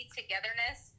togetherness